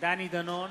דני דנון,